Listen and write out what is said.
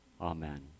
Amen